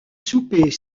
souper